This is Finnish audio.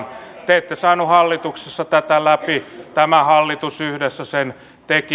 te ette saaneet hallituksessa tätä läpi tämä hallitus yhdessä sen teki